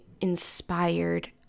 inspired